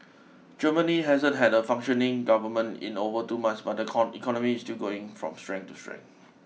Germany hasn't had a functioning government in over two months but the con economy is still going from strength to strength